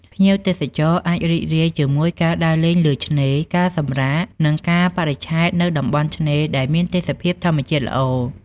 ភ្ញៀវទេសចរអាចរីករាយជាមួយការដើរលេងលើឆ្នេរ ការសម្រាក និងការបរិច្ឆេទនៅតំបន់ឆ្នេរដែលមានទេសភាពធម្មជាតិល្អ។